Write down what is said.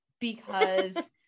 because-